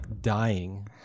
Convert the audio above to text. dying